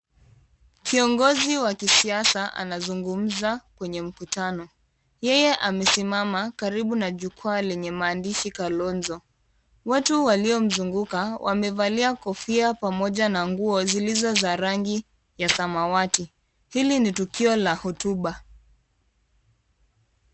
Kiongozi wa kisiasa anazungumza kwenye mkutano. Yeye amesimama karibu na jukwaa lenye maandishi KALONZO. Watu waliomzunguka wamevalia kofia pamoja na nguo zilizo za rangi ya samawati. Hili ni tukio la hotuba.